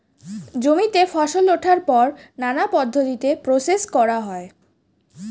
জমিতে ফসল ওঠার পর নানা পদ্ধতিতে প্রসেস করা হয়